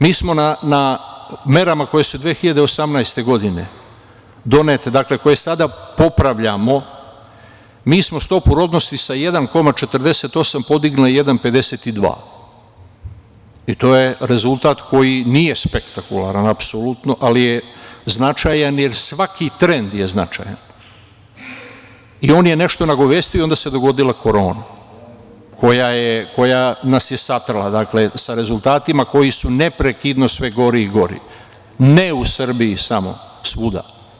Mi smo na merama koje su 2018. godine donete, dakle koje sada popravljamo, mi smo stopu rodnosti sa 1,48 podigli na 1,52 i to je rezultat koji nije spektakularan apsolutno, ali je značajan, jer svaki trend je značajan i on je nešto nagovestio da se dogodila korona, koja nas je satrla, dakle, sa rezultatima koji su neprekidno sve gori i gori ne u Srbiji samo, svuda.